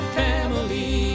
family